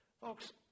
Folks